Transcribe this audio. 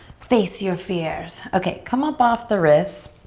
face your fears. okay, come up off the wrists.